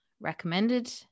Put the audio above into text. recommended